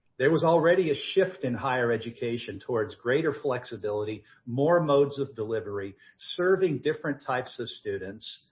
there was already a shift in higher education towards greater flexibility, more modes of delivery, serving different types of students,